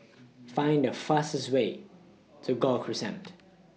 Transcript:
Find The fastest Way to Gul Crescent